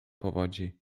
powodzi